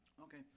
Okay